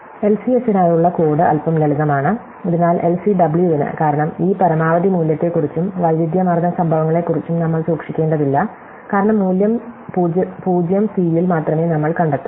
എൽസിഎസിനായുള്ള code അൽപം ലളിതമാണ് അതിനാൽ എൽസിഡബ്ല്യുവിന് കാരണം ഈ പരമാവധി മൂല്യത്തെക്കുറിച്ചും വൈവിധ്യമാർന്ന സംഭവങ്ങളെക്കുറിച്ചും നമ്മൾ സൂക്ഷിക്കേണ്ടതില്ല കാരണം മൂല്യം 0 സിയിൽ മാത്രമേ നമ്മൾ കണ്ടെത്താവൂ